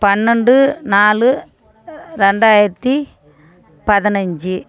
பன்னெண்டு நாலு ரெண்டாயிரத்தி பதினஞ்சி